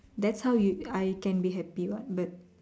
that's how you I can be happy what but